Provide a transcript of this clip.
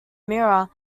mirror